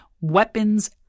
weapons